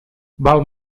val